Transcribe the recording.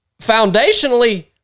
foundationally